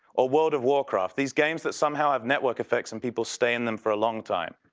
or world of warcraft. these games that somehow have network effects and people stay in them for a long time.